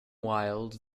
wild